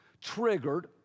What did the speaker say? triggered